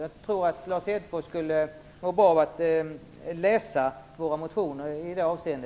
Jag tror att Lars Hedfors skulle må bra av att läsa våra motioner i det avseendet.